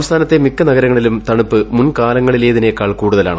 സംസ്ഥാനത്തെ മിക്ക നഗരങ്ങളിലും തണുപ്പ് മുൻകാലങ്ങളിലേതിനേക്കാൾ കൂടുതലാണ്